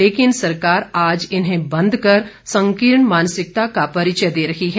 लेकिन सरकार आज इन्हें बंद कर संकीर्ण मानसिकता का परिचय दे रही है